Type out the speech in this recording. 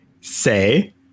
Say